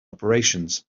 operations